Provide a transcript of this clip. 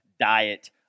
diet